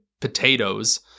potatoes